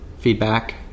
Feedback